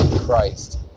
Christ